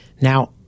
Now